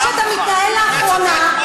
כמו שאתה מתנהל לאחרונה,